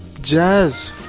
Jazz